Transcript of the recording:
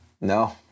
No